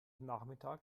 nachmittag